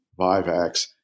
vivax